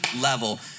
level